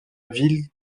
ville